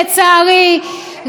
לצערי,